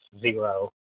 zero